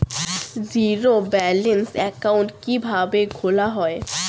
Zero balance account কিভাবে খোলা হয়?